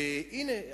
הנה,